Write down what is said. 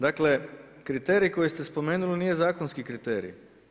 Dakle, kriterij koji ste spomenuli, nije zakonski kriterij.